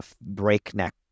breakneck